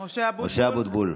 אבוטבול,